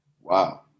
wow